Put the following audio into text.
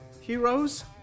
heroes